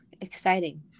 exciting